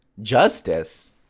Justice